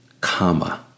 comma